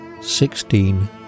sixteen